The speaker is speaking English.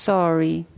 Sorry